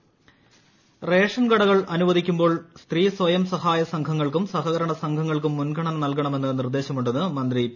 തിലോത്തമൻ നിയമസഭ റേഷൻ കടകൾ അനുവദിക്കുമ്പോൾ സ്ത്രീ സ്വയം സഹായ സംഘങ്ങൾക്കും സഹകരണ സംഘങ്ങൾക്കും മുൻഗണന നൽകാൻ നിർദ്ദേശമുണ്ടെന്ന് മന്ത്രി പി